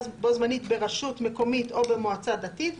בו־זמנית ברשות מקומית או במועצה דתית,